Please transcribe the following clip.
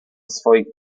swoich